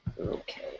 Okay